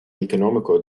económico